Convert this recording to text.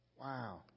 Wow